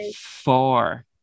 four